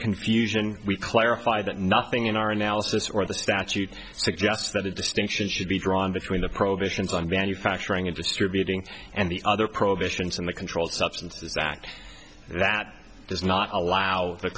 confusion we clarify that nothing in our analysis or the statute suggests that the distinctions should be drawn between the prohibitions on value fracturing and distributing and the other prohibitions in the controlled substances act that does not allow the